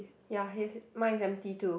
ya his mine is empty too